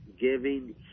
giving